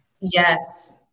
Yes